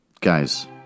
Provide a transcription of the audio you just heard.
Guys